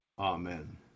Amen